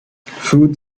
ford